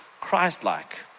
Christ-like